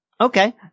Okay